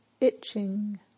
itching